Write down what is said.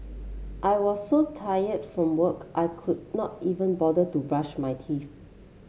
I was so tired from work I could not even bother to brush my teeth